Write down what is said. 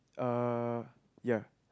uh yeah